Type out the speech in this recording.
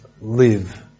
live